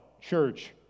church